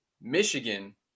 Michigan